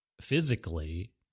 physically